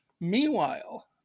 Meanwhile